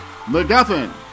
McGuffin